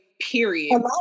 period